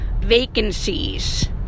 vacancies